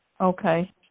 Okay